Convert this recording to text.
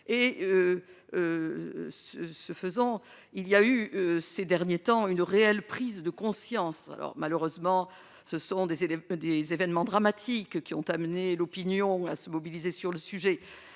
et, ce faisant, il y a eu ces derniers temps une réelle prise de conscience alors malheureusement ce sont des oedèmes, des événements dramatiques qui ont amené l'opinion à se mobiliser sur le sujet,